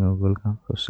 no waawugol.